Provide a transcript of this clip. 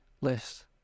lists